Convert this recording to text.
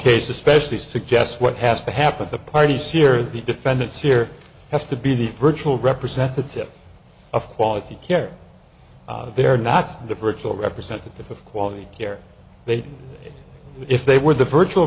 case especially suggests what has to happen the parties here the defendants here have to be the virtual representatives of quality care they are not the virtual representative of quality care but if they were the virtual